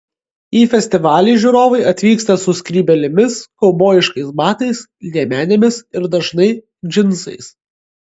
į festivalį žiūrovai atvyksta su skrybėlėmis kaubojiškais batais liemenėmis ir dažnai džinsais